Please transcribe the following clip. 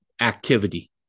activity